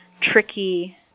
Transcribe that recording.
tricky